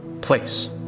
place